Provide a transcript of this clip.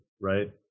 right